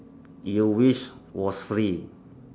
you wish was free